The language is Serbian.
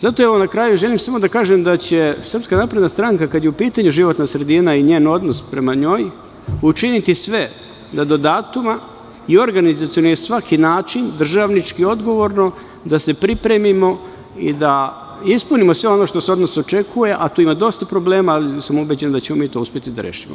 Zato, evo na kraju, želim samo na kraju da će SNS kada je u pitanju životna sredina i njen odnos prema njoj učiniti sve da do datuma i organizovan je svaki način državnički odgovorno da se pripremimo i da ispunimo sve ono što se od nas očekuje, a to ima dosta problema, ali sam ubeđen da ćemo mi to uspeti da rešimo.